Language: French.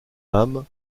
âmes